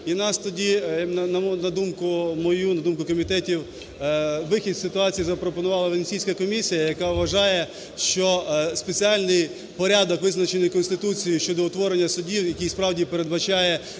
І нас тоді… на думку мою, на думку комітетів, вихід з ситуації запропонувала Венеційська комісія, яка вважає, що спеціальний порядок, визначений Конституцією щодо утворення судів, який справді передбачає